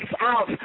out